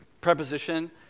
preposition